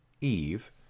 Eve